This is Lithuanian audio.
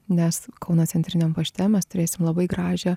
nes kauno centriniam pašte mes turėsim labai gražią